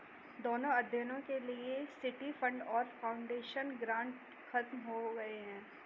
दोनों अध्ययनों के लिए सिटी फंड और फाउंडेशन ग्रांट खत्म हो गए हैं